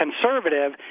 conservative